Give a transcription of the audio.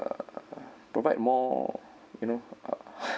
provide more you know